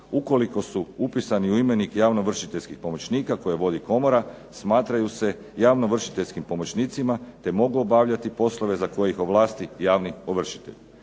ukoliko su upisani u imenike javno ovršiteljskih pomoćnika koje vodi komora, smatraju se javno ovršiteljskim pomoćnicima te mogu obavljati poslove za koje ih ovlasti javni ovršitelj.